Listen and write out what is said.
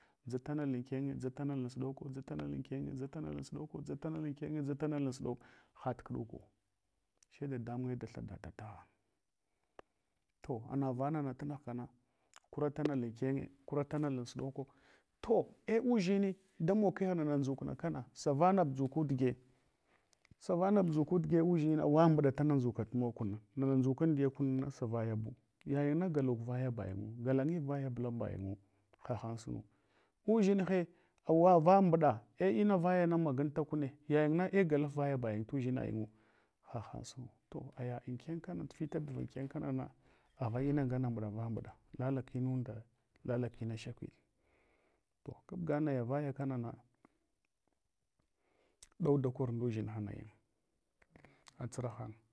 Dʒtanala ankene dʒatanal ansuɗoko dʒtanala ankene dʒatanal ansuɗoko dʒtanala ankene dʒatanal ansuɗoko haɗtukuɗuku. She dadamunye da thadata to anavanana tunughkana kuratanal ankenya dʒukna kana, sa vanab ndʒuko dige, sa vanab ndʒuku dige udʒine, awambɗa tana nʒuka mogkuna, mugha ndʒukamdiya kuna sarayabu yayingna galuk vaya bayin ngu lamyimbu vaya lambayin ngu hahan sunu udʒinhe awavambuɗa ei mabaya maganta kune, yayina ei galaf vayabayin tudʒinayinang hahan sunu. To aya anken kana tufita duval anken kanana, agha mangana mbuɗava mbuɗa lala kununda lala kina shakwiɗe to kabga nayavaya kanana, ɗau dakor unduʒinhanayin atsurahanye.